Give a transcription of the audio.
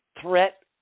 threat